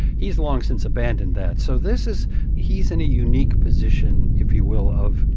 he's long since abandoned that. so this is he's in a unique position, if you will, of,